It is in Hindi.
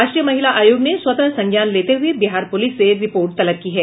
राष्ट्रीय महिला आयोग ने स्वतः संज्ञान लेते हुए बिहार पुलिस से रिपोर्ट तलब की है